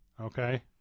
Okay